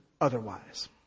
otherwise